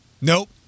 Nope